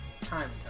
time